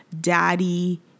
daddy